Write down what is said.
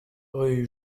rue